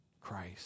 Christ